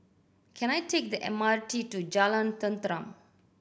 can I take the M R T to Jalan Tenteram